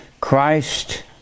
Christ